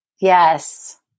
yes